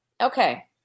Okay